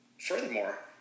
furthermore